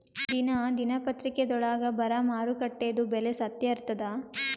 ದಿನಾ ದಿನಪತ್ರಿಕಾದೊಳಾಗ ಬರಾ ಮಾರುಕಟ್ಟೆದು ಬೆಲೆ ಸತ್ಯ ಇರ್ತಾದಾ?